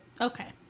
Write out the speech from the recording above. Okay